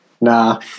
nah